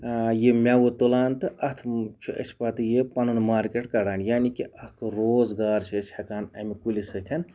یہِ میٚوٕ تُلان تہٕ اتھ چھِ أسۍ پَتہٕ یہِ پَنُن مارکیٹ کڑان یعنی کہِ اکھ روزگار چھِ أسۍ ہیٚکان امہِ کُلہِ سۭتٮ۪ن